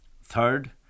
Third